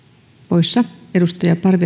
arvoisa